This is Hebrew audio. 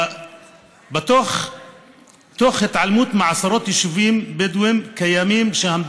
תוך התעלמות מעשרות יישובים בדואיים קיימים שם,